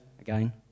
again